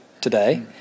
today